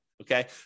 Okay